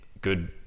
good